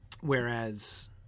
Whereas